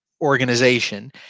organization